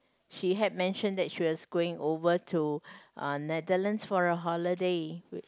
she had mention that she was going over to uh Netherlands for a holiday